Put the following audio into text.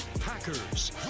Packers